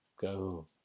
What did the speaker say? go